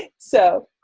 so,